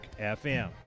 FM